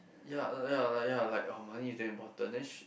ya uh ya like ya like her money is damn important then she